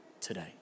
today